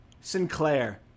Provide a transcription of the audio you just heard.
Sinclair